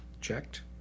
checked